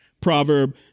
Proverb